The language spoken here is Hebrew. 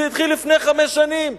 זה התחיל לפני חמש שנים,